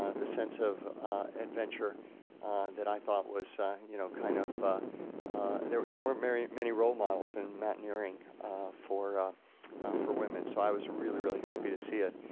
ah the sense of adventure that i thought was you know kind of there there weren't married many role models in mountaineering for for women, so i was really, really happy to see it.